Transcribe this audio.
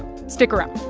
stick around